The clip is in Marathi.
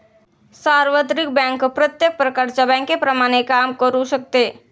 सार्वत्रिक बँक प्रत्येक प्रकारच्या बँकेप्रमाणे काम करू शकते